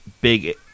big